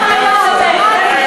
שמעתי.